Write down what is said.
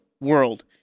world